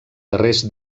darrers